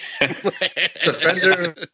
Defender